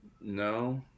no